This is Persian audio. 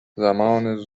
زمان